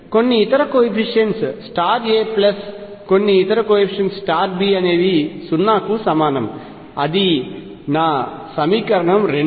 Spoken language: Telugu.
కొన్ని ఇతర కోయెఫిషియంట్స్ A ప్లస్ కొన్ని ఇతర కోయెఫిషియంట్స్ B అనేవి 0 కు సమానం అది నా సమీకరణం 2